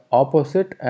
opposite